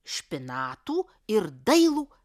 špinatų ir dailų